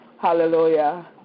Hallelujah